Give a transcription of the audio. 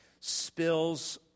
spills